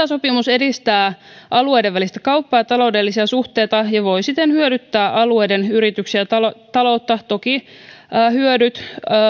sopimus edistää alueiden välistä kauppaa ja taloudellisia suhteita ja voi siten hyödyttää alueiden yrityksiä ja taloutta toki hyödyt